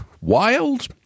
wild